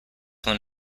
when